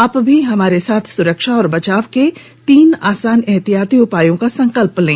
आप भी हमारे साथ सुरक्षा और बचाव के तीन आसान एहतियाती उपायों का संकल्प लें